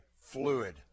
fluid